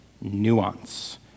nuance